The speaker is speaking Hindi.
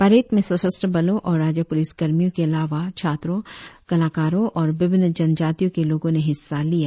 परेड में सशस्त्र बलों और राज्य पुलिसकर्मियों के अलावा छात्रों कलाकारों और विभिन्न जनजातियों के लोगों ने हिस्सा लिया